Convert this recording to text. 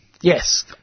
Yes